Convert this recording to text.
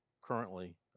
currently